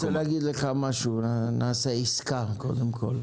אני רוצה להגיד לך משהו, נעשה עיסקה, קודם כל.